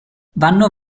vanno